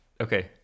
Okay